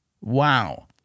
Wow